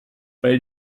weil